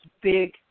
big